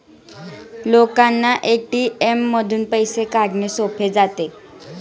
लोकांना ए.टी.एम मधून पैसे काढणे सोपे जाते